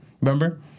Remember